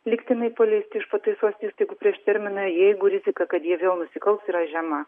lygtinai paleisti iš pataisos įstaigų prieš terminą jeigu rizika kad ji vėl nusikals yra žema